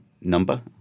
number